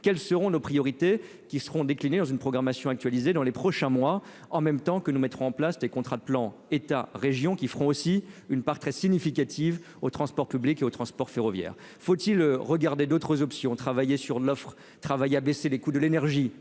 quelles seront nos priorités qui seront déclinées dans une programmation actualisé dans les prochains mois en même temps que nous mettrons en place des contrats de plan État Région qui feront aussi une part très significative aux transports publics et aux transports ferroviaire, faut-il regarder d'autres options, travailler sur l'offre à baisser les coûts de l'énergie,